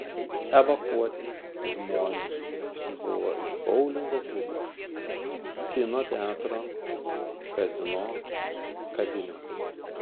evakuoti žmonės buvo iš boulingo klubo kino teatro kazino kavinių